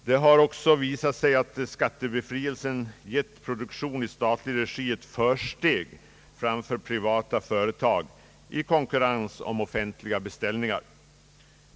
Det har också visat sig att skattebefrielsen gett produktion i statlig regi ett försteg framför privata företag i konkurrens om offentliga beställningar.